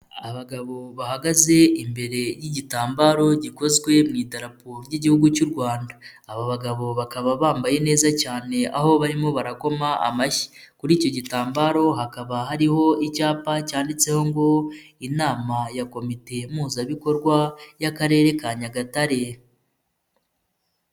Abagabo bahagaze imbere y'igitambaro gikozwe mu idaraporo ry'igihugu cy'u rwanda. Aba bagabo bakaba bambaye neza cyane aho barimo barakoma amashyi. Kuri icyo gitambaro hakaba hariho icyapa cyanditseho ngo '' Inama ya komite mpuzabikorwa y'akarere ka Nyagatare''.